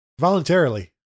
Voluntarily